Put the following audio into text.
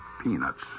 Peanuts